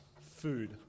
food